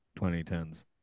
2010s